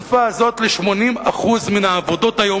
בשפה הזאת ל-80% מן העבודות היום,